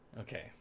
okay